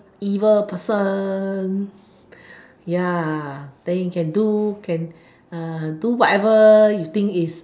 evil person ya then you can do can do whatever you think is